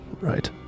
Right